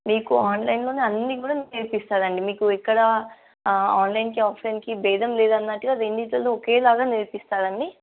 మీకు ఆన్లైన్లో అన్నీ కూడా నేర్పిస్తారు అండి మీకు ఇక్కడ ఆన్లైన్కి ఆప్షన్కి బేదం లేదన్నట్టుగా రెండింటిలో ఒకేలాగా నేర్పిస్తారు అండి